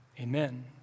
amen